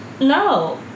No